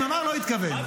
אם אמר, לא התכוון.